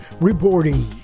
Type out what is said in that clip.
reporting